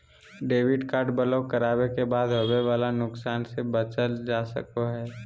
debit card block करावे के बाद होवे वाला नुकसान से बचल जा सको हय